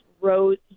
rose